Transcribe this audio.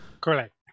Correct